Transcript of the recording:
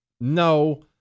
No